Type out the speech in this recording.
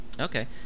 Okay